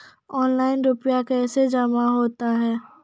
Online रुपये कैसे जमा होता हैं?